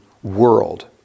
world